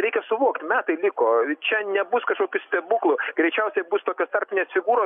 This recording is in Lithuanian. reikia suvokt metai liko ir čia nebus kažkokių stebuklų greičiausiai bus tokios tarpinės figūros